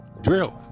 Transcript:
drill